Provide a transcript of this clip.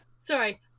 Sorry